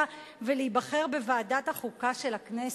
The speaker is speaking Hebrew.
ולהיבחר בוועדת החוקה של הכנסת?